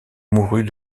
mourut